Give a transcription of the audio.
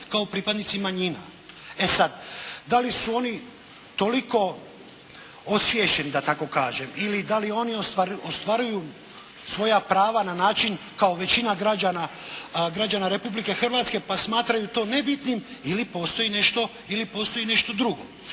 kao pripadnici manjina. E sad da li su oni toliko osviješteni da tako kažem ili da li oni ostvaruju svoja prava na način kao većina građana Republike Hrvatske pa smatraju to nebitnim ili postoji nešto drugo.